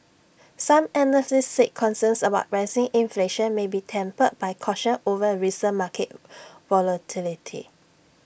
some analysts said concerns about rising inflation may be tempered by caution over recent market volatility